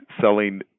selling